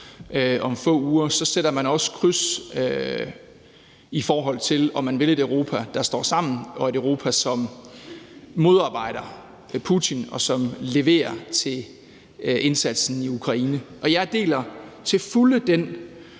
om få uger, sætter man også kryds, i forhold til om man vil et Europa, der står sammen, og et Europa, som modarbejder Putin, og som leverer til indsatsen i Ukraine. Jeg deler til fulde den